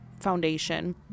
foundation